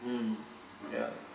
mm ya